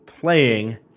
Playing